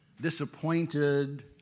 disappointed